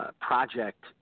project